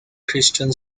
christian